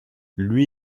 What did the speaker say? lui